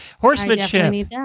Horsemanship